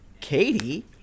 katie